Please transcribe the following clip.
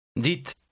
Dites